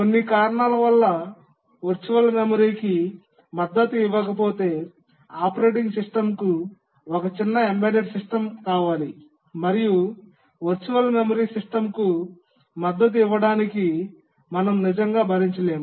కొన్ని కారణాల వల్ల వర్చువల్ మెమరీకి మద్దతు ఇవ్వకపోతే ఆపరేటింగ్ సిస్టమ్ కు ఒక చిన్న ఎంబెడెడ్ సిస్టమ్ కావాలి మరియు వర్చువల్ మెమరీ సిస్టమ్కు మద్దతు ఇవ్వడానికి మనం నిజంగా భరించలేము